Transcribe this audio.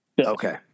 Okay